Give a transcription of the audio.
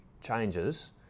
changes